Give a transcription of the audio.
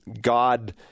God